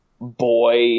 boy